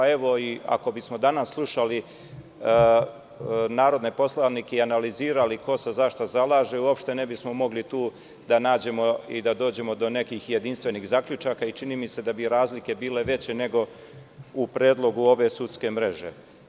Ako bismo danas slušali narodne poslanike i analizirali ko se za šta zalaže, uopšte ne bismo mogli da nađemo i da dođemo do nekih jedinstvenih zaključaka, jer čini mi se da bi razlike bile veće nego u predlogu ove sudske mreže.